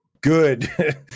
good